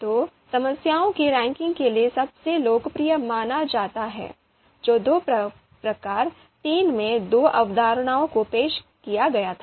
तो समस्याओं की रैंकिंग के लिए सबसे लोकप्रिय माना जाता है जो दो प्रायर III में दो अवधारणाओं को पेश किया गया था